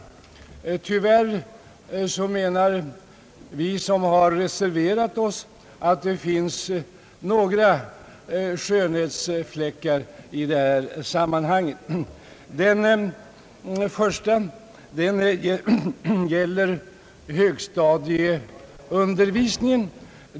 Men vi som har reserverat oss menar att det tyvärr finns några skönhetsfläckar. Den första gäller högstadieundervisningen.